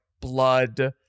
blood